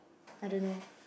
I don't know